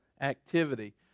activity